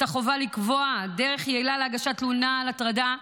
את החובה לקבוע דרך יעילה להגשת תלונה על הטרדה.